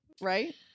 Right